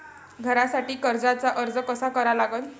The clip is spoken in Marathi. घरासाठी कर्जाचा अर्ज कसा करा लागन?